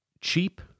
cheap